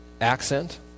accent